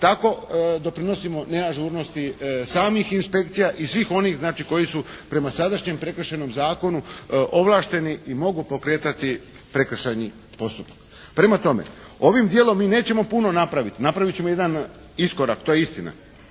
tako doprinosimo neažurnosti samih inspekcija i svih onih znači koji su prema sadašnjem Prekršajnom zakonu ovlašteni i mogu pokretati prekršajni postupak. Prema tome ovim dijelom mi nećemo puno napraviti. Napraviti ćemo jedan iskorak to je istina,